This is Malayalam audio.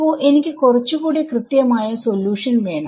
ഇപ്പൊ എനിക്ക് കുറച്ചൂടെ കൃത്യമായ സൊല്യൂഷൻ വേണം